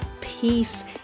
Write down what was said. peace